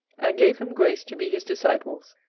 and gave them grace to be his disciples,